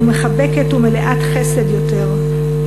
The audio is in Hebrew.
מחבקת ומלאת חסד יותר.